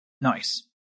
Nice